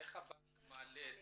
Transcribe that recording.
איך הבנק מעלה את